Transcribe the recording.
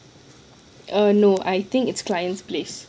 err no I think its clients place